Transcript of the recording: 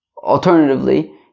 alternatively